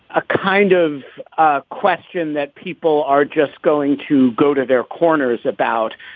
a kind of ah question that people are just going to go to their corners about.